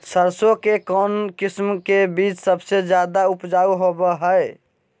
सरसों के कौन किस्म के बीच सबसे ज्यादा उपजाऊ होबो हय?